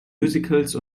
musicals